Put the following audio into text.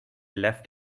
left